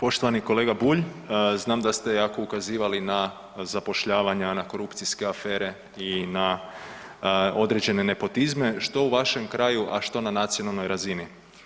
Poštovani kolega Bulj znam da ste jako ukazivali na zapošljavanje, na korupcijske afere i na određene nepotizme što u vašem kraju, a što na nacionalnoj razini.